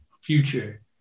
future